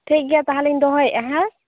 ᱴᱷᱤᱠᱜᱮᱭᱟ ᱛᱟᱦᱚᱞᱮᱧ ᱫᱚᱦᱚᱭᱮᱫᱟ ᱦᱮᱸ